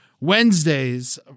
Wednesdays